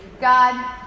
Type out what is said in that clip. God